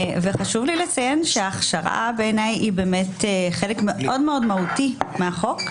חשוב לי לציין שההכשרה בעיניי היא חלק מאוד מהותי מהחוק.